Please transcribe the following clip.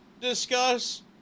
discuss